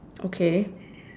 okay